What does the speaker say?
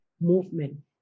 movement